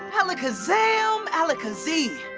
hella kazam! alakazee!